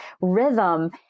rhythm